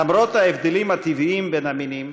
למרות ההבדלים הטבעיים בין המינים,